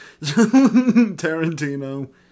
Tarantino